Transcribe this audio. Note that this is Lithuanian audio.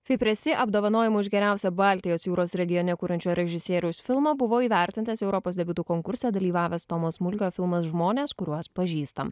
fipresi apdovanojimu už geriausią baltijos jūros regione kuriančio režisieriaus filmą buvo įvertintas europos debiutų konkurse dalyvavęs tomo smulkio filmas žmonės kuriuos pažįstam